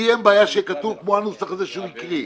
לי אין בעיה שיהיה כתוב כמו הנוסח שהוא הקריא.